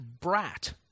brat